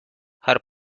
her